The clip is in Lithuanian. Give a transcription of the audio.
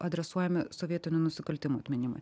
adresuojami sovietinių nusikaltimų atminimui